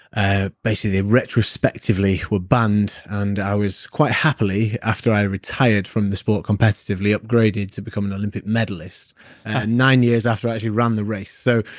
ah basically, they retrospectively were banned, and i was quite happily, after i retired from the sport competitively upgraded to become an olympic medalist at nine years after i had actually run the race so,